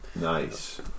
Nice